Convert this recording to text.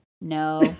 No